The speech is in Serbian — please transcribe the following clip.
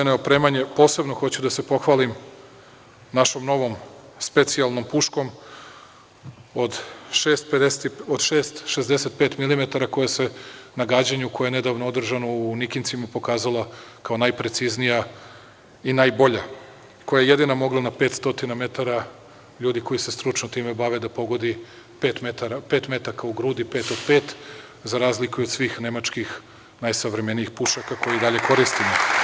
Posebno hoću da se pohvalim našom novom specijalnom puškom od 6,65 milimetara, koja se na gađanju koje je nedavno održano u Nikincima pokazala kao najpreciznija i najbolja, koja je jedina mogla na 500 metara, ljudi koji se stručno time bave, da pogodi pet metaka u grudi, pet od pet, za razliku od svih nemačkih najsavremenijih pušaka koje i dalje koristimo.